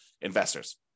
investors